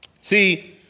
See